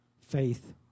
faith